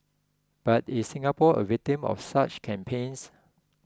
but is Singapore a victim of such campaigns